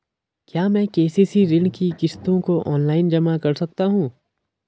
क्या मैं के.सी.सी ऋण की किश्तों को ऑनलाइन जमा कर सकता हूँ?